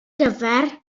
gyfer